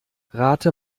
rate